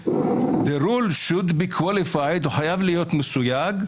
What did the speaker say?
החוק חייב להיות מסויג.